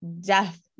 death